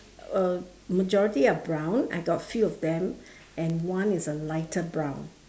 uh majority are brown I got few of them and one is a lighter brown